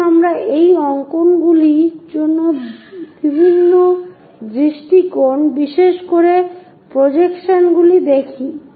আসুন আমরা এই অঙ্কনগুলির বিভিন্ন দৃষ্টিকোণ বিশেষ করে প্রজেকশনগুলি দেখি